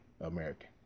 American